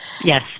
Yes